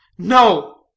no,